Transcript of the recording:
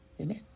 amen